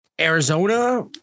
Arizona